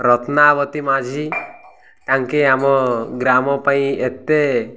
ରତ୍ନାବତୀ ମାଝି ତାଙ୍କେ ଆମ ଗ୍ରାମ ପାଇଁ ଏତେ